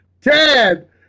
Ted